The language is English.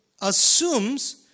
assumes